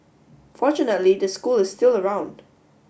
fortunately the school is still around